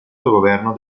governo